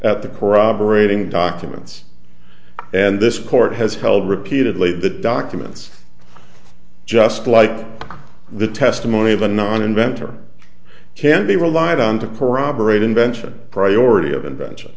at the corroborating documents and this court has held repeatedly the documents just like the testimony of a non inventor can be relied on to corroborate invention priority of invention